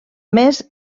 més